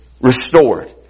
restored